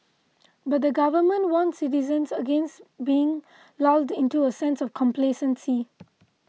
but the Government warned citizens against being lulled into a sense of complacency